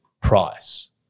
price